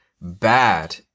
bad